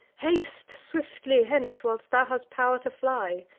haste swiftly hence, while thou hast pow'r to fly.